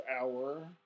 hour